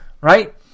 right